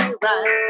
right